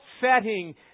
setting